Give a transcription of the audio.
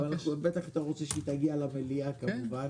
אבל בטח אתה רוצה שהיא תגיע למליאה כמובן.